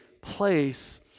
place